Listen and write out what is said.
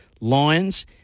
Lions